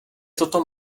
toto